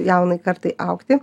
jaunai kartai augti